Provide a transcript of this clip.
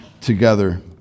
together